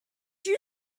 you